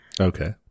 Okay